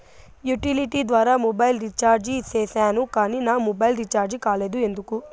Utility ద్వారా mobile recharge సేసాను కానీ నా మొబైల్ రీచార్జి కాలేదు ఎందుకు?